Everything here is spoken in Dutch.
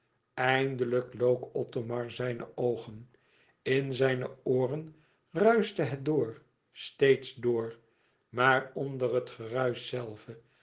eindelijk look othomar zijne oogen in zijne ooren ruischte het door steeds door maar onder het geruisch zelve